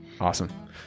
Awesome